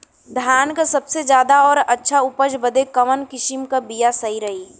धान क सबसे ज्यादा और अच्छा उपज बदे कवन किसीम क बिया सही रही?